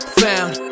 found